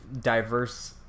diverse